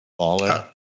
Baller